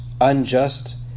unjust